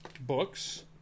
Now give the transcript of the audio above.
books